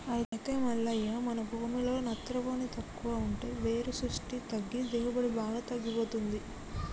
అయితే మల్లయ్య మన భూమిలో నత్రవోని తక్కువ ఉంటే వేరు పుష్టి తగ్గి దిగుబడి బాగా తగ్గిపోతుంది